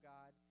God